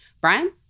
brian